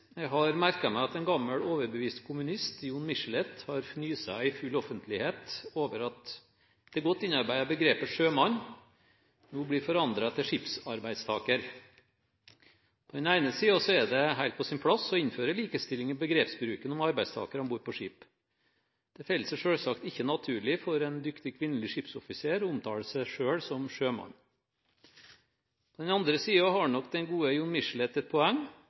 Jeg har merket meg at en gammel, overbevist kommunist, Jon Michelet, har fnyst i full offentlighet over at det godt innarbeidede begrepet «sjømann» nå blir forandret til «skipsarbeidstaker». På den ene siden er det helt på sin plass å innføre likestilling i begrepsbruken om arbeidstakere om bord på skip. Det faller seg selvsagt ikke naturlig for en dyktig kvinnelig skipsoffiser å omtale seg selv som sjømann. På den andre siden har nok den gode Jon Michelet et poeng.